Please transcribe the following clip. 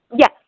Yes